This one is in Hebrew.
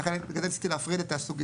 לכן ניסיתי להפריד את הסוגיות.